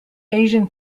asian